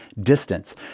distance